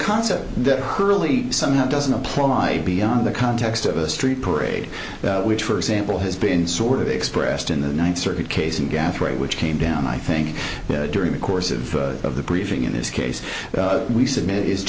concept that clearly somehow doesn't apply beyond the context of a street parade which for example has been sort of expressed in the ninth circuit case in gatorade which came down i think during the course of of the briefing in this case we submit